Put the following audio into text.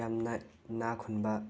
ꯌꯥꯝꯅ ꯏꯅꯥꯛꯈꯨꯟꯕ